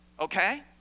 Okay